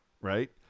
right